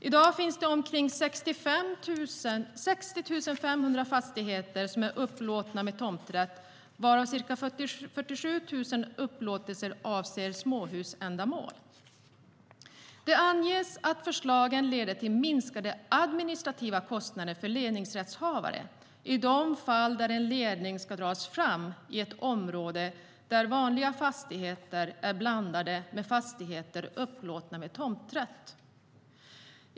I dag finns det omkring 60 500 fastigheter som upplåts med tomträtt, varav ca 47 000 upplåtelser avser småhusändamål. Det anges att förslagen leder till minskade administrativa kostnader för ledningsrättshavare i de fall en ledning ska dras fram i ett område där vanliga fastigheter är blandade med fastigheter upplåtna med tomträtt.